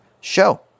show